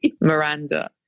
Miranda